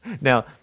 Now